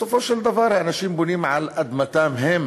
בסופו של דבר אנשים בונים על אדמתם הם